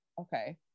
okay